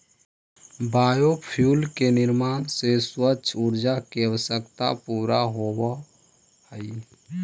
biofuel के निर्माण से स्वच्छ ऊर्जा के आवश्यकता पूरा होवऽ हई